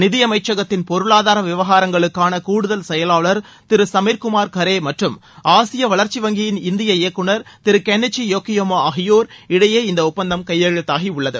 நிதியமைச்சகத்தின் பொருளாதார விவகாரங்களுக்கான கூடுதல் செயலாளர் திரு சுமீர் குமார் கரே மற்றும் ஆசிய வளர்ச்சி வங்கியின் இந்திய இயக்குநர் திரு கென்ளிச்சி பொக்கியோமா ஆகியோர் இடையே இந்த ஒப்பந்தம் கையெழுத்தாகியுள்ளது